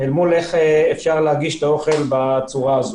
לגבי אופן הגשת האוכל במצב הזה.